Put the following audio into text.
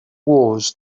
wars